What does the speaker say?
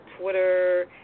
Twitter